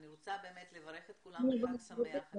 אני רוצה לברך את כולם בחג שמח.